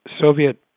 Soviet